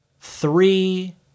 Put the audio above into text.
three